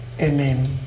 Amen